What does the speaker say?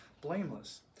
blameless